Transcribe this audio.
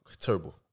terrible